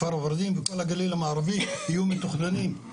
כפר ורדים וכל הגליל המערבי יהיו מתוכננים.